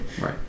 Right